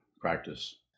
practice